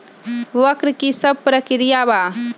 वक्र कि शव प्रकिया वा?